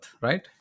right